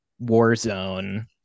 Warzone